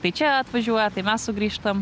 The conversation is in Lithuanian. tai čia atvažiuoja tai mes sugrįžtam